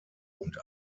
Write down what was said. und